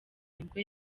nibwo